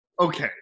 Okay